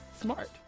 smart